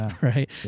right